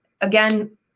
again